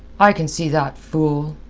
i can see that, fool.